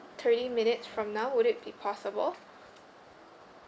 thirty minutes from now would it be possible